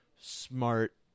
smart